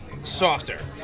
softer